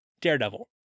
Daredevil